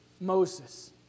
Moses